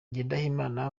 ngendahimana